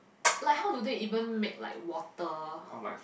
like how do they even make like water